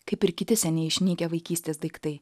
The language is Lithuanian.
kaip ir kiti seniai išnykę vaikystės daiktai